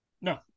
No